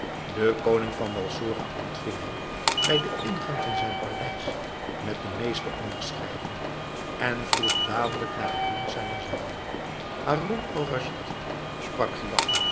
de koning van balsora ontving hem bij den ingang van zijn paleis met de meeste onderscheiding en vroeg dadelijk naar het doel zijner zending haroun-al-raschid sprak giafar